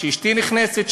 כשאשתי נכנסת,